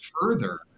further